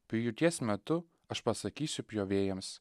pjūties metu aš pasakysiu pjovėjams